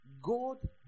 God